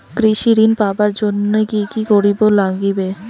কৃষি ঋণ পাবার জন্যে কি কি করির নাগিবে?